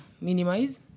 minimize